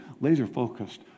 laser-focused